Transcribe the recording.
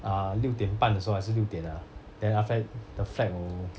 uh 六点半的时候还是六点啊 then after that the flag will